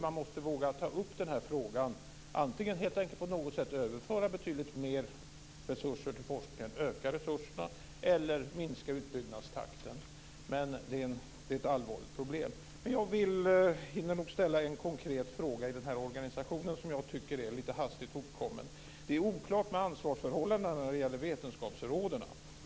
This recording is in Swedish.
Man måste ta våga ta upp den här frågan - antingen helt enkelt på något sätt överföra betydligt mer resurser till forskningen, öka resurserna eller minska utbyggnadstakten. Det är ett allvarligt problem. Jag hinner nog ställa en konkret fråga om den här organisationen, som jag tycker är lite hastigt uppkommen. Det är oklart med ansvarsförhållandena när gäller vetenskapsråden.